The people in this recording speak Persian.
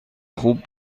خوب